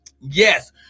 Yes